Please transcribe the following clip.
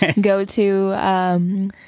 go-to